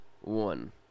one